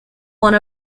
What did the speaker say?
one